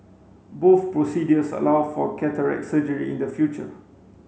both procedures allow for cataract surgery in the future